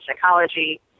psychology